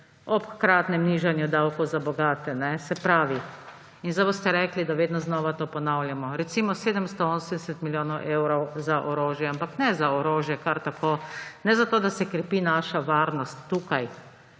ob hkratnem nižanju davkov za bogate. Se pravi – sedaj boste rekli, da vedno znova to ponavljamo – recimo, 780 milijonov evrov za orožje, ampak ne za orožje kar tako. Ne za to, da se krepi naša varnost tukaj,